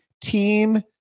team